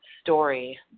story